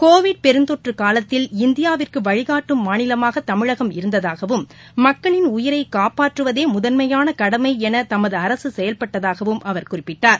Covid பெருந்தொற்றுகாலத்தில் இந்தியாவிற்குவழிகாட்டும் மாநிலமாகதமிழகம் இருந்ததாகவும் மக்களின் உயிரைகாப்பாற்றுவதேமுதன்மையானகடமைஎனதமதுஅரசுசெயல்பட்டதாகவும் அவர் குறிப்பிட்டார்